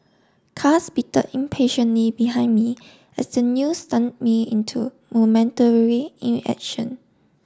cars bitter impatiently behind me as the news stunned me into momentary inaction